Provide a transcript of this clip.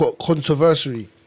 controversy